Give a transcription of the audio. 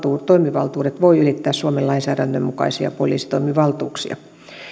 toimivaltuudet voi ylittää suomen lainsäädännön mukaisia poliisitoimivaltuuksia